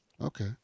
Okay